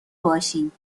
باشیم